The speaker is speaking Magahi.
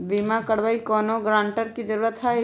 बिमा करबी कैउनो गारंटर की जरूरत होई?